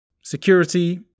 security